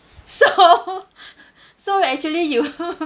so so actually you